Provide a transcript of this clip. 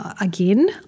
again